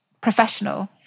professional